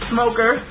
Smoker